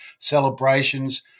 celebrations